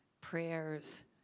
prayers